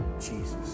Jesus